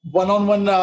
one-on-one